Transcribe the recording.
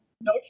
No